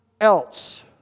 else